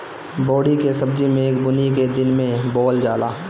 बोड़ी के सब्जी मेघ बूनी के दिन में बोअल जाला